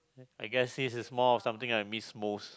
I guess this is more of something that I miss most